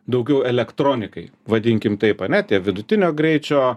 daugiau elektronikai vadinkim taip ane tie vidutinio greičio